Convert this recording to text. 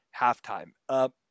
halftime